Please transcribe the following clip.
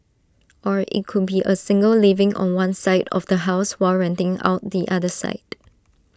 or IT could be A single living on one side of the house while renting out the other side